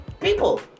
People